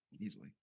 easily